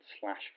slash